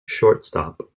shortstop